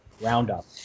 roundup